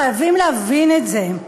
חייבים להבין את זה.